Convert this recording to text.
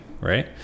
right